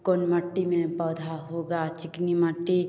कौन मिट्टी में पौधा होगा चिकनी मिट्टी